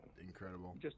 incredible